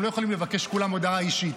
הם לא יכולים לבקש כולם הודעה אישית.